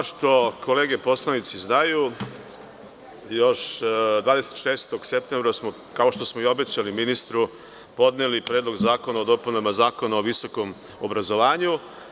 Kao što kolege poslanici znaju, još 26. septembra smo, kao što smo i obećali ministru, podneli Predlog zakona o dopunama zakona o visokom obrazovanju.